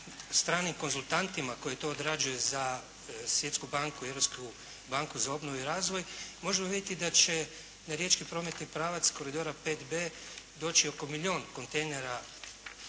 stranim konzultantima koji to odrađuju za Svjetsku banku i Europsku banku za obnovu i razvoj možemo vidjeti da će na riječki prometni pravac koridora 5B doći oko milijun kontejnera,